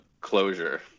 closure